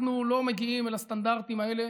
אנחנו לא מגיעים אל הסטנדרטים האלה,